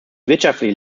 wirtschaftliche